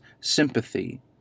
sympathy